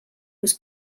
was